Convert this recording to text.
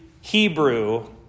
Hebrew